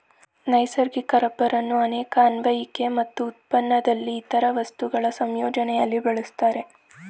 ನೈಸರ್ಗಿಕ ರಬ್ಬರನ್ನು ಅನೇಕ ಅನ್ವಯಿಕೆ ಮತ್ತು ಉತ್ಪನ್ನದಲ್ಲಿ ಇತರ ವಸ್ತುಗಳ ಸಂಯೋಜನೆಲಿ ಬಳಸ್ತಾರೆ